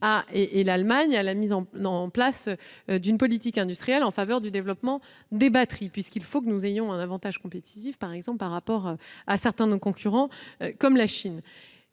et l'Allemagne à la mise en place d'une politique industrielle en faveur du développement des batteries. Il faut que nous ayons un avantage compétitif par rapport à certains de nos concurrents, comme la Chine.